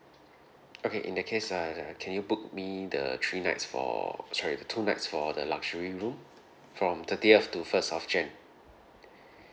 okay in that case err can you book me the three nights for sorry two nights for the luxury room from thirtieth to first of jan